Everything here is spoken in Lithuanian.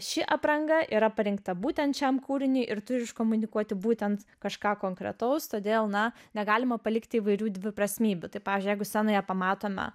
ši apranga yra parinkta būtent šiam kūriniui ir turi iškomunikuoti būtent kažką konkretaus todėl na negalima palikti įvairių dviprasmybių tai pavyzdžiui jeigu scenoje pamatome